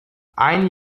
ein